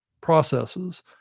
processes